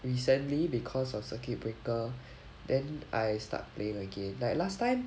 recently because of circuit breaker then I start playing again like last time